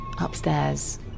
upstairs